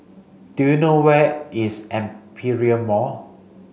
do you know where is Aperia Mall